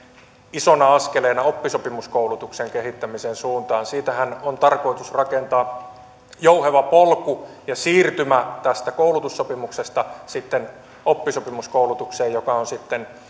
isona askeleena oppisopimuskoulutuksen kehittämisen suuntaan siitähän on tarkoitus rakentaa jouheva polku ja siirtymä koulutussopimuksesta oppisopimuskoulutukseen joka on sitten